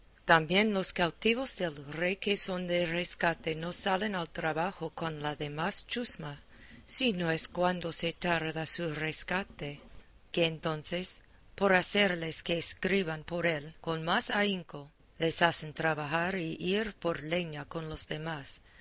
también los cautivos del rey que son de rescate no salen al trabajo con la demás chusma si no es cuando se tarda su rescate que entonces por hacerles que escriban por él con más ahínco les hacen trabajar y ir por leña con los demás